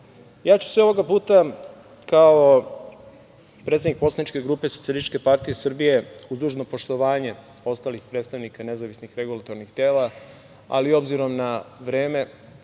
ću se ovoga puta kao predsednik poslaničke grupe SPS uz dužno poštovanje ostalih predstavnika nezavisnih regulatornih tela, ali s obzirom na vreme